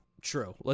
True